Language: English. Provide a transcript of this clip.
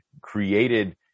created